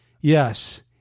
Yes